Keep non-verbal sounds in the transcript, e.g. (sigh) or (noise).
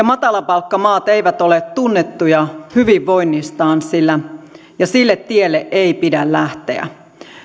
(unintelligible) matalapalkkamaat eivät ole tunnettuja hyvinvoinnistaan ja sille tielle ei pidä lähteä